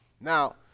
now